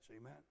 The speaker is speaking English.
Amen